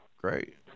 great